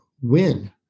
win